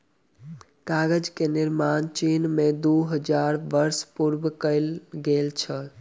कागज के निर्माण चीन में दू हजार वर्ष पूर्व कएल गेल छल